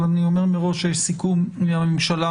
אבל אני אומר מראש שיש סיכום עם ממשלה